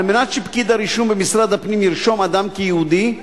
על מנת שפקיד הרישום במשרד הפנים ירשום אדם כיהודי,